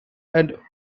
and